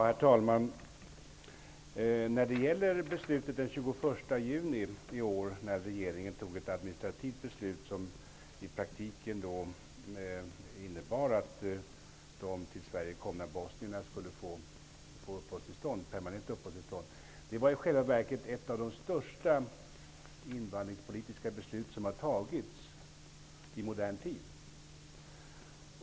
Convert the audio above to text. Herr talman! Beslutet den 21 juni i år, då regeringen fattade ett administrativt beslut, innebar i praktiken att de till Sverige komna bosnierna skulle få permanent uppehållstillstånd. Det var i själva verket ett av de största invandringspolitiska beslut som har fattats i modern tid.